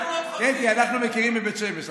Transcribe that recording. אנחנו מכירים מבית שמש,